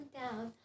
down